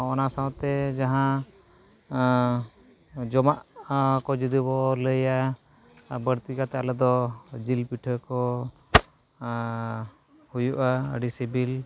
ᱟᱨ ᱚᱱᱟ ᱥᱟᱶᱛᱮ ᱡᱟᱦᱟᱸ ᱡᱚᱢᱟᱜ ᱠᱚ ᱡᱩᱫᱤ ᱵᱚᱱ ᱞᱟᱹᱭᱟᱹ ᱟᱨ ᱵᱟᱹᱲᱛᱤ ᱠᱟᱛᱮᱫ ᱟᱞᱮᱫᱚ ᱡᱤᱞ ᱯᱤᱴᱷᱟᱹ ᱠᱚ ᱦᱩᱭᱩᱜᱼᱟ ᱟᱹᱰᱤ ᱥᱤᱵᱤᱞ